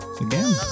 again